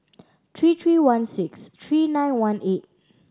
three three one six three nine one eight